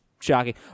Shocking